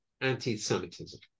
anti-semitism